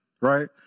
Right